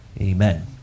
Amen